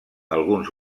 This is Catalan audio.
alguns